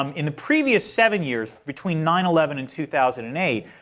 um in the previous seven years between nine eleven and two thousand and eight,